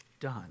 done